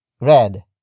red